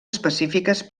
específiques